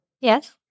Yes